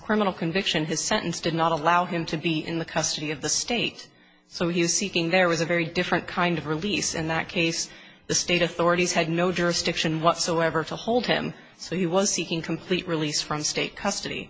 criminal conviction his sentence did not allow him to be in the custody of the state so he was seeking there was a very different kind of release in that case the state authorities had no jurisdiction whatsoever to hold him so he was seeking complete release from state custody